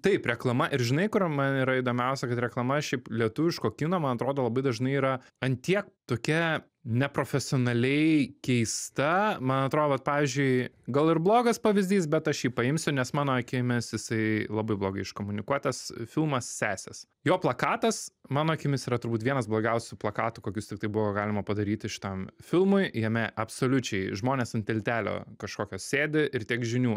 taip reklama ir žinai kur man yra įdomiausia kad reklama šiaip lietuviško kino man atrodo labai dažnai yra ant tiek tokia neprofesionaliai keista man atrodo vat pavyzdžiui gal ir blogas pavyzdys bet aš jį paimsiu nes mano akimis jisai labai blogai iškomunikuotas filmas sesės jo plakatas mano akimis yra turbūt vienas blogiausių plakatų kokius tiktai buvo galima padaryti šitam filmui jame absoliučiai žmonės ant tiltelio kažkokios sėdi ir tiek žinių